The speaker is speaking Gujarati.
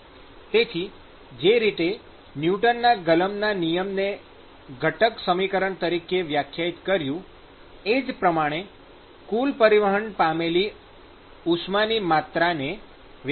તેથી જે રીતે ન્યુટનના ગલનના નિયમને ઘટક સમીકરણ તરીકે વ્યાખ્યાયિત કર્યું એ જ પ્રમાણે કુલ પરિવહન પામેલી ઉષ્માની માત્રાને વ્યાખ્યાયિત કરી શકે છે